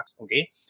okay